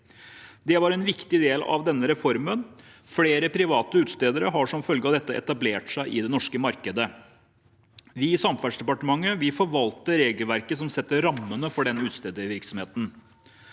Det var en viktig del av denne reformen. Flere private utstedere har som følge av dette etablert seg i det norske markedet. Vi i Samferdselsdepartementet forvalter regelverket som setter rammene for denne utstedervirksomheten.